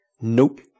nope